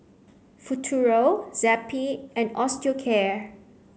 Futuro Zappy and Osteocare